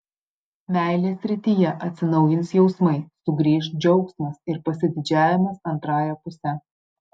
meilės srityje atsinaujins jausmai sugrįš džiaugsmas ir pasididžiavimas antrąja puse